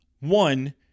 One